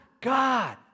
God